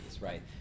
right